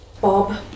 Bob